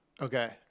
Okay